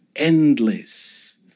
endless